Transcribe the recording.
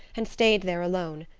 and stayed there alone,